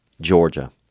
Georgia